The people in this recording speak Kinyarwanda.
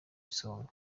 isonga